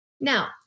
Now